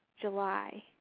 July